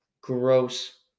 Gross